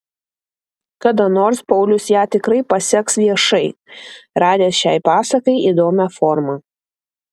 kada nors paulius ją tikrai paseks viešai radęs šiai pasakai įdomią formą